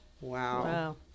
Wow